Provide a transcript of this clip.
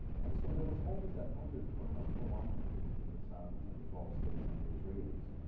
and so there was always that undercurrent of alignment between the saudis and the gulf states and the israelis.